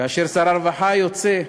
כאשר שר הרווחה היוצא,